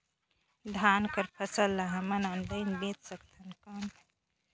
धान कर फसल ल हमन ऑनलाइन बेच सकथन कौन?